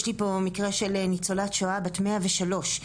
יש פה מקרה של ניצולת שואה בת 103 מגטו